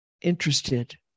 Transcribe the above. interested